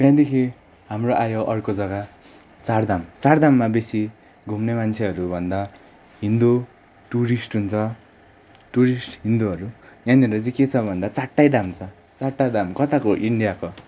त्यहाँदेखि हाम्रो आयो अर्को जग्गा चारधाम चारधाममा बेसी घुम्ने मान्छेहरूभन्दा हिन्दू टुरिस्ट हुन्छ टुरिस्ट हिन्दूहरू यहाँनिर चाहिँ के छ भन्दा चारवटै धाम छ चारवटा धाम कताको इन्डियाको